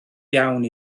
iawn